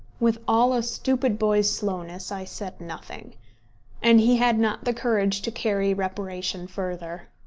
with all a stupid boy's slowness, i said nothing and he had not the courage to carry reparation further.